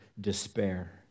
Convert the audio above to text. despair